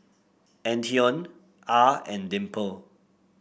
Antione Ah and Dimple